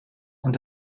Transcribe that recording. und